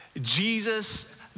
Jesus